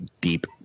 deep